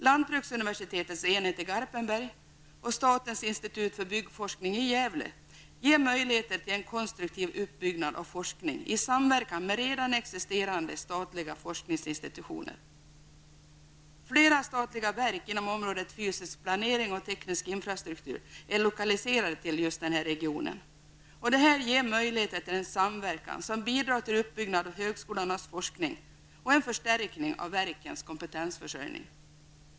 Lantbruksuniversitetets enhet i Garpenberg och statens institut för byggforskning i Gävle ger möjligheter till en konstruktiv uppbyggnad av forskning i samverkan med redan existerande statliga forskningsinstitutioner. Flera statliga verk inom området fysisk planering och teknisk infrastruktur är lokaliserade till regionen. Det här ger möjligheter till en samverkan som bidrar till uppbyggnad av högskolornas forskning och en förstärkning av verkens kompetensförsörjning.